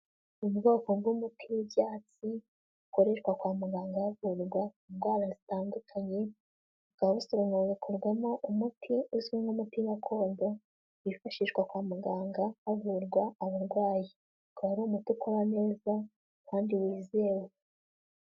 Ubwoko bw'umuti w'ibyatsi bukoreshwa kwa muganga havurwa indwara zitandukanye, bikaba bisoromwa bigakurwamo umuti uzwi nk'umutima gakondo wifashishwa kwa muganga havurwa abarwayi, ukaba ari umutu ukora neza kandi wizewe.